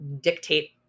dictate